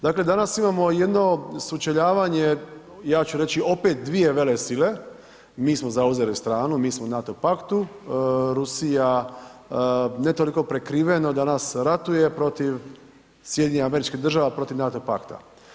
Dakle, danas imamo jedno sučeljavanje ja ću reći opet dvije velesile, mi smo zauzeli stranu, mi smo u NATO paktu, Rusija ne toliko prikriveno danas ratuje protiv SAD-a protiv NATO pakta.